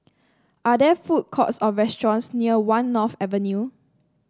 are there food courts or restaurants near One North Avenue